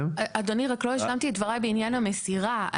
אדוני, לא השלמתי את דבריי בעניין המסירה.